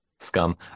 scum